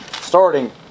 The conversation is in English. starting